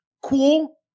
Cool